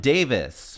Davis